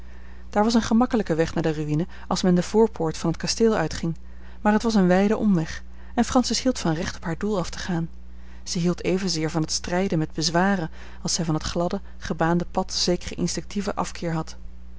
daar was een gemakkelijke weg naar de ruïne als men de voorpoort van t kasteel uitging maar het was een wijde omweg en francis hield van recht op haar doel af te gaan zij hield evenzeer van het strijden met bezwaren als zij van het gladde gebaande pad zekeren instinctieven afkeer had